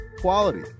quality